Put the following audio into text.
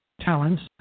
talents